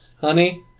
Honey